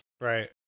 right